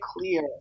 clear